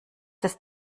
ist